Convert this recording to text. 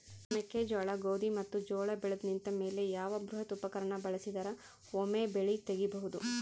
ಮೆಕ್ಕೆಜೋಳ, ಗೋಧಿ ಮತ್ತು ಜೋಳ ಬೆಳೆದು ನಿಂತ ಮೇಲೆ ಯಾವ ಬೃಹತ್ ಉಪಕರಣ ಬಳಸಿದರ ವೊಮೆ ಬೆಳಿ ತಗಿಬಹುದು?